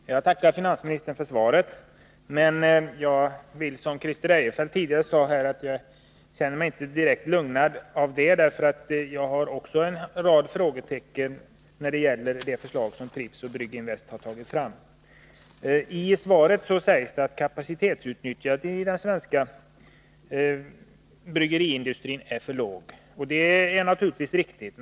Herr talman! Jag tackar finansministern för svaret. Men jag vill säga, som Christer Eirefelt tidigare gjorde, att jag inte känner mig direkt lugnad av det. Jag har också en rad frågetecken när det gäller det förslag som Pripps och Brygginvest har tagit fram. I svaret sägs att kapacitetsutnyttjandet i den svenska bryggeriindustrin är för lågt, och det är naturligtvis riktigt.